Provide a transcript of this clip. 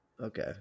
Okay